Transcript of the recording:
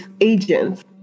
agents